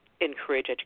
encourage